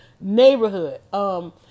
neighborhood